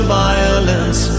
violence